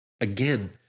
Again